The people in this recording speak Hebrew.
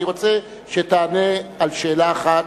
אני רוצה שתענה על שאלה אחת,